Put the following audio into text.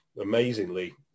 amazingly